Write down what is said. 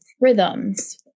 rhythms